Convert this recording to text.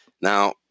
Now